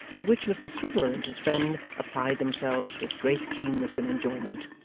to which mr swiveller and his friend applied themselves with great keenness and enjoyment.